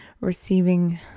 receiving